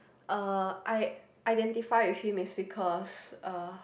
uh I identify with him is because uh